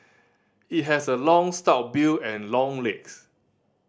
it has a long stout bill and long legs